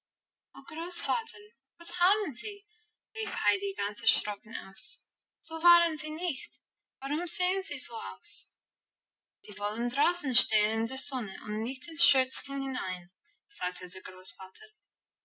großvater was haben sie rief heidi ganz erschrocken aus so waren sie nicht warum sehen sie so aus die wollen draußen stehen in der sonne und nicht ins schürzchen hinein sagte der großvater